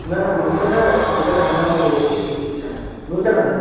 न न नूतना नूतनं धनं यद् यद् इच्छामि नूतनं धनम्